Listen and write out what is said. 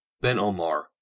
Ben-Omar